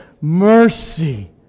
mercy